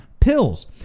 Pills